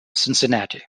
cincinnati